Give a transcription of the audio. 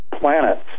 planets